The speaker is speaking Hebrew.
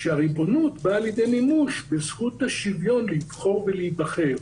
שהריבונות באה לידי מימוש בזכות השוויון לבחור ולהיבחר,